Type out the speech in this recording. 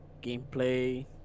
gameplay